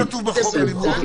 בסדר,